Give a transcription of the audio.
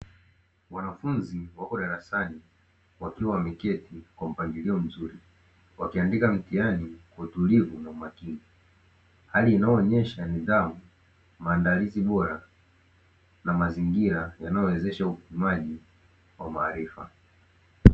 Wanafunzi wako darasani wakiwa wameketi kwa mpangilio mzuri, wakiandika mtihani kwa makini, hali inaonyesha nidhamu, maandalizi bora na mazingira yanayowezesha upimaji wa maarifa.